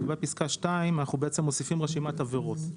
לגבי פסקה (2) אנחנו בעצם מוסיפים רשימת עבירות.